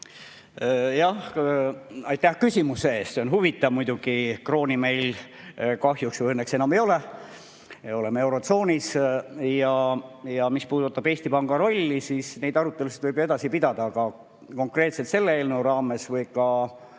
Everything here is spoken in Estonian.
Aitäh küsimuse eest, see on huvitav! Muidugi, krooni meil kahjuks või õnneks enam ei ole. Oleme eurotsoonis. Mis puudutab Eesti Panga rolli, siis neid arutelusid võib pidada, aga konkreetselt selle eelnõu raames ega ka